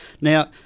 Now